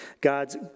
God's